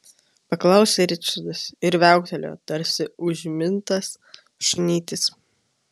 paklausė ričardas ir viauktelėjo tarsi užmintas šunytis